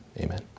Amen